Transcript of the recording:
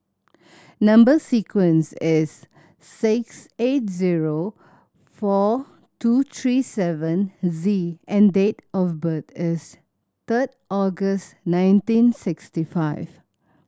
number sequence is S six eight zero four two three seven Z and date of birth is third August nineteen sixty five